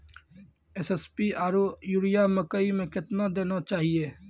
SSP आरु urea मकई मे कितना देना चाहिए?